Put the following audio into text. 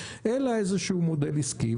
אלא איזשהו מודל עסקי?